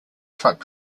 truck